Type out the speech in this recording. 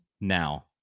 now